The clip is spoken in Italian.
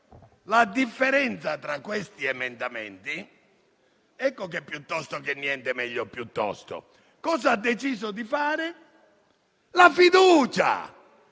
la differenza tra questi emendamenti (ecco che «piuttosto che niente, meglio piuttosto»), cosa ha deciso di fare? Ha deciso